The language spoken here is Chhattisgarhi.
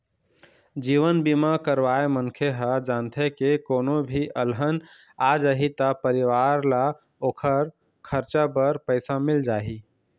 जीवन बीमा करवाए मनखे ह जानथे के कोनो भी अलहन आ जाही त परिवार ल ओखर खरचा बर पइसा मिल जाही